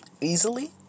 easily